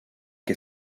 que